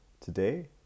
Today